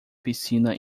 piscina